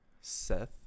Seth